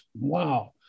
Wow